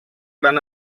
gran